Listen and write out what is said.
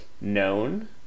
known